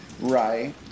Right